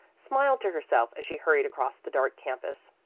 smiled to herself as she hurried across the dark campus.